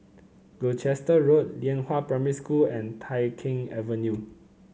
Gloucester Road Lianhua Primary School and Tai Keng Avenue